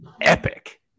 epic